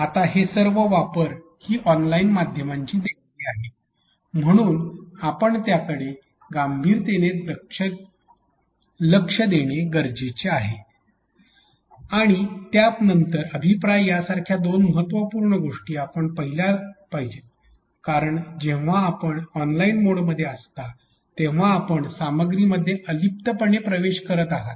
आता हे सर्व वापर ही ऑनलाईन माध्यमांची देणगी आहेत म्हणून आपण त्याकडे अत्यंत गंभीरतेने लक्ष देणे आवश्यक आहे आणि त्या नंतर अभिप्राय यासारख्या दोन महत्त्वपूर्ण गोष्टी आपण पाहिल्या पाहिजेत कारण जेव्हा आपण ऑनलाइन मोडमध्ये असता तेव्हा आपण या सामग्रीमध्ये अलिप्तपणे प्रवेश करत आहात